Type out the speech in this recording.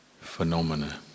phenomena